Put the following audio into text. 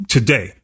Today